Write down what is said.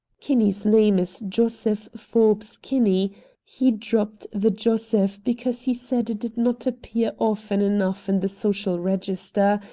kinney's name is joseph forbes kinney he dropped the joseph because he said it did not appear often enough in the social register,